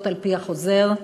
על-פי החוזר,